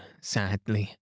sadly